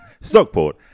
Stockport